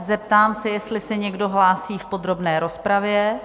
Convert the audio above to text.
Zeptám se, jestli se někdo hlásí v podrobné rozpravě?